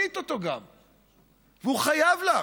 והוא צריך אחר כך לשבת ולזכור שאת מינית אותו והוא חייב לך?